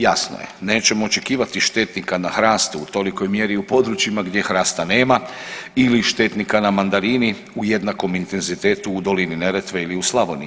Jasno je nećemo očekivati štetnika na hrastu u tolikoj mjeri u područjima gdje hrasta nema ili štetnika na mandarini u jednakom intenzitetu u dolini Neretve ili u Slavoniji.